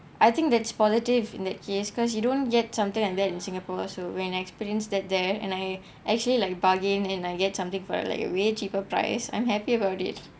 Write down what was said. I think that's positive in that case because you don't get something like that in singapore so when I experience that there and I actually like bargain in I get something for like a way cheaper price I'm happy about it